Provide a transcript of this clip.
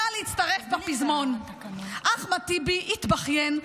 נא להצטרף בפזמון: אחמד טיבי התבכיין,